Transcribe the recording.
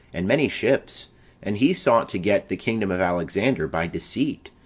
and many ships and he sought to get the kingdom of alexander by deceit,